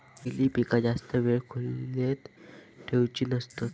खयली पीका जास्त वेळ खोल्येत ठेवूचे नसतत?